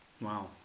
Wow